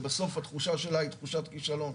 ובסוף התחושה שלה היא תחושת כישלון.